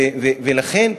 לכן,